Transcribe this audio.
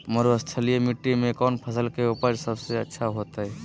मरुस्थलीय मिट्टी मैं कौन फसल के उपज सबसे अच्छा होतय?